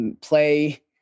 play